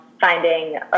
finding